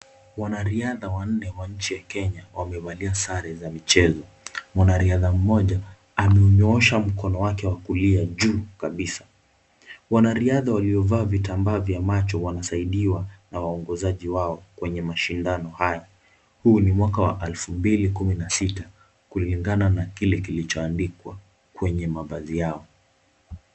Wanariadha wanne wa nchi ya Kenya, wamevalia sare za michezo. Mwanariadha mmoja ameunyoosha mkono wake wa kulia juu kabisa. Wanariadha waliovaa vitambaa vya macho, wanasaidiwa na waongozaji wao kwenye mashindano haya. Huu ni mwaka wa 2016, kulingana na kile kilichoandikwa kwenye mavazi yao.